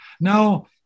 Now